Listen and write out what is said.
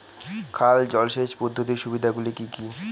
খাল জলসেচ পদ্ধতির সুবিধাগুলি কি কি?